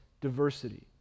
diversity